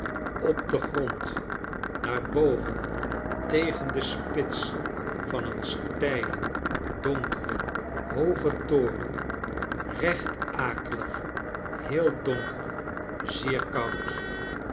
op den grond naar boven tegen de spits van een steilen donkeren hoogen toren recht akelig heel donker zeer koud